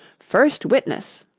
first witness